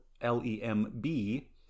L-E-M-B